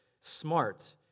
smart